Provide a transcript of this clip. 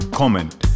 comment